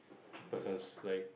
the person is like